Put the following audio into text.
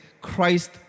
Christ